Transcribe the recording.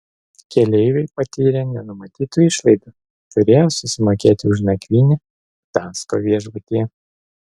keleiviai patyrė nenumatytų išlaidų turėjo susimokėti už nakvynę gdansko viešbutyje